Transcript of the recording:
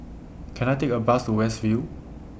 Can I Take A Bus to West View